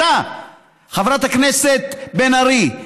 חברת הכנסת בן ארי,